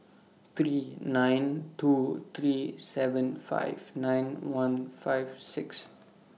three nine two three seven five nine one five six